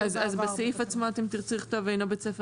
בסעיף עצמו תרצו לכתוב: אינו בית ספר